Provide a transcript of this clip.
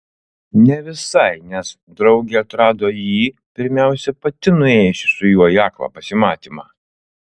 ne visai nes draugė atrado jį pirmiausia pati nuėjusi su juo į aklą pasimatymą